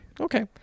Okay